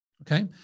okay